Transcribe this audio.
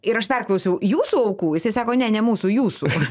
ir aš perklausiau jūsų aukų jisai sako ne ne mūsų jūsų